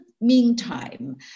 meantime